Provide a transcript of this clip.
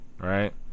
right